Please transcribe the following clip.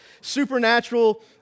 supernatural